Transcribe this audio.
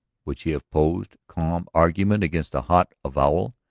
would she have opposed calm argument against a hot avowal?